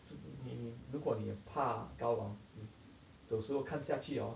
so 你如果你很怕高 ah 你走时看下去 hor